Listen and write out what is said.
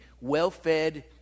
well-fed